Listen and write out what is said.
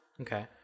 Okay